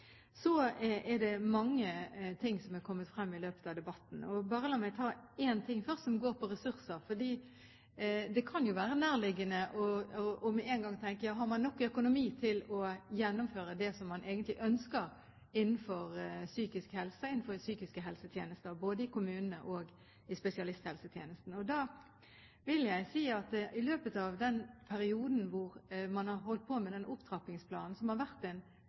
Så er det mange ting som er kommet frem i løpet av debatten. La meg bare ta en ting først, som går på ressurser, for det kan jo være nærliggende med en gang å tenke: Ja, har man nok økonomi til å gjennomføre det man egentlig ønsker innenfor psykisk helse, innenfor psykiske helsetjenester, både i kommunene og i spesialisthelsetjenesten? Da vil jeg si at i løpet av den perioden man har holdt på med opptrappingsplanen, som har vært